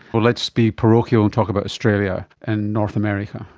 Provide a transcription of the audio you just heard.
well, let's be parochial and talk about australia and north america.